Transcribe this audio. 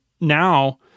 now